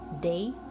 day